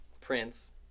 Prince